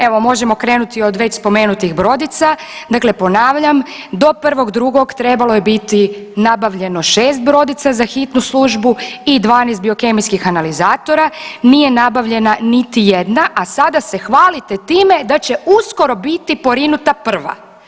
Evo, možemo krenuti od već spomenutih brodica, dakle ponavljam do 1.2. trebalo je biti nabavljeno 6 brodica za hitnu službu u 12 biokemijskih analizatora nije nabavljena niti jedna, a sada se hvalite time da će uskoro biti porinuta prva.